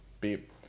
Beep